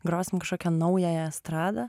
grosim kažkokią naująją estradą